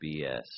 BS